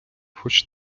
хоч